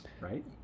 Right